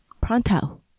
Pronto